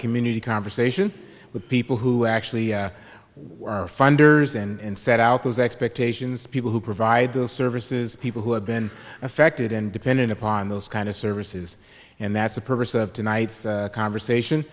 community conversation with people who actually are funders and set out those expectations people who provide those services people who have been affected and dependent upon those kind of services and that's the purpose of tonight's conversation